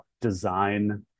design